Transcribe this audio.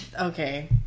Okay